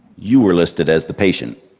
you were listed as the patient.